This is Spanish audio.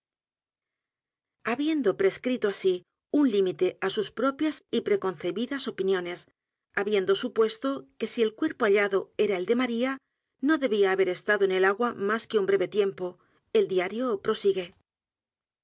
habiendo prescrito así un límite á sus propias y preconcebidas opiniones habiendo supuesto que si el cuerpo hallado era el de maría no debía haber estado en el agua más que un breve tiempo el diario prosigue